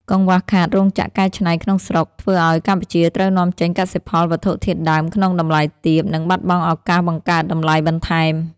កង្វះខាតរោងចក្រកែច្នៃក្នុងស្រុក ធ្វើឱ្យកម្ពុជាត្រូវនាំចេញកសិផលវត្ថុធាតុដើមក្នុងតម្លៃទាប និងបាត់បង់ឱកាសបង្កើតតម្លៃបន្ថែម។